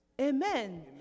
Amen